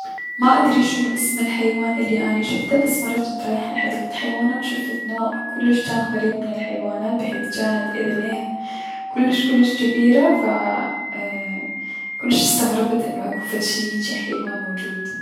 ما ادري شنو اسم الحيوان الي اني شفته بس مرة جنت رايحة لحديقة الحيوانات و ضفت نوع كلش غريب من الحيوانات بحيث اذنيه جانت كلش جبيرة و كلش استغربت انو اكو فد شي هيجي حيوان موجود.